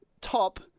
top